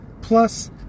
plus